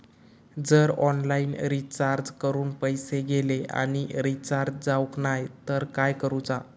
जर online recharge करून पैसे गेले आणि रिचार्ज जावक नाय तर काय करूचा?